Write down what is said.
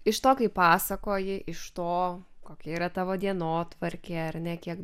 iš to kaip pasakoji iš to kokia yra tavo dienotvarkė ar ne kiek